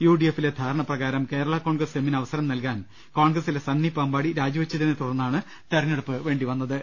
U D എഫിലെ ധാരണ പ്രകാരം കേരളാ കോൺഗ്രസ് എമ്മിന് അവസരം നൽകാൻ കോൺഗ്രസിലെ സണ്ണി പാമ്പാടി രാജിവെച്ചതിനെ തുടർന്നാണ് തെരഞ്ഞെടുപ്പു വേണ്ടി വന്നത്